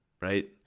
right